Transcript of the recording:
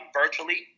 virtually